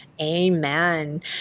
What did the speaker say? amen